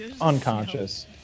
Unconscious